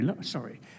sorry